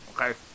Okay